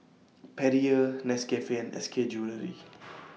Perrier Nescafe and S K Jewellery